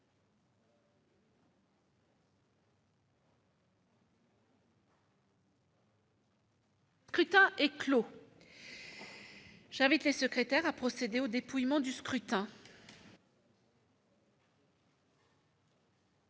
Le scrutin est clos. J'invite Mmes et MM. les secrétaires à procéder au dépouillement du scrutin.